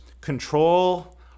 control